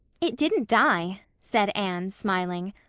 it didn't die, said anne, smiling.